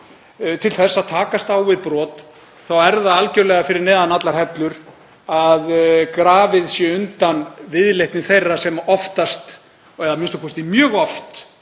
til að takast á við brot þá er það algerlega fyrir neðan allar hellur að grafið sé undan viðleitni þeirra sem oftast eða a.m.k. mjög oft